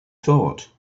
thought